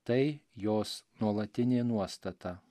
tai jos nuolatinė nuostata